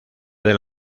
del